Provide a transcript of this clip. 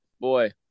boy